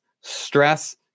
stress